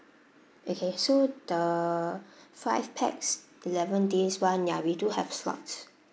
okay so the five pax eleven days [one] ya we do have slots